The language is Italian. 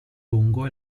lungo